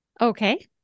Okay